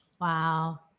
Wow